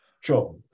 Sure